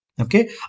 Okay